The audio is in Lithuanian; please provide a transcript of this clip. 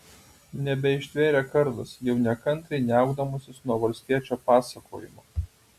nebeištvėrė kardas jau nekantriai niaukdamasis nuo valstiečio pasakojimo